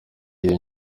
iyo